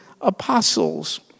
apostles